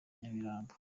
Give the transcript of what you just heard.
nyamirambo